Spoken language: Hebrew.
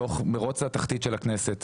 בתוך מרוץ לתחתית של הכנסת.